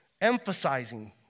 emphasizing